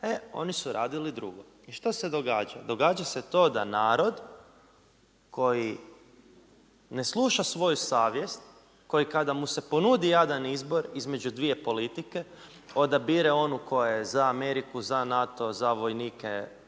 E oni su radili drugo. I što se događa? Događa se to da narod koji ne sluša svoju savjest, koji kada mu se ponudi jadan izbor između dvije politike odabire onu koja je za Ameriku, za NATO, za vojnike